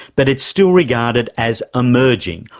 but it's still regarded as emerging,